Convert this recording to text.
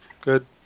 Good